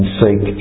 seek